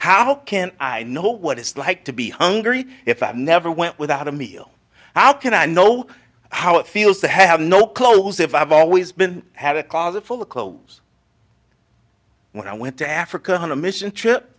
how can i know what it's like to be hungry if i never went without a meal how can i know how it feels to have no clothes if i've always been had a closet full of clothes when i went to africa had a mission trip